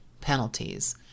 penalties